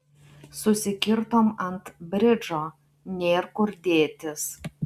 susikirtom ant bridžo nėr kur dėtis